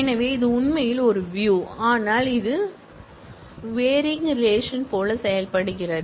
எனவே இது உண்மையில் ஒரு வியூ ஆனால் இது வேரியிங் ரிலேஷன்போல செயல்படுகிறது